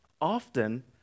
Often